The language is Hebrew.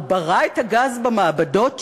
הוא ברא את הגז במעבדות שלו?